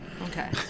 okay